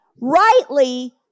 rightly